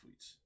tweets